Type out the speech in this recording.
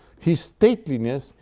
his stateliness,